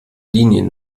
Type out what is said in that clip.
linien